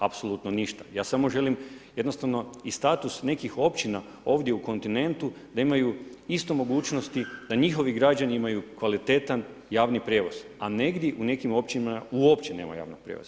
Apsolutno ništa, ja samo želim jednostavno i status nekih općina ovdje u kontinentu da imaju isto mogućnosti, da njihovi građani imaju kvalitetan javni prijevoz, a negdi u nekim općinama uopće nema javnog prijevoza.